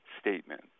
statement